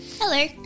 Hello